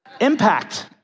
Impact